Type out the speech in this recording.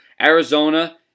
Arizona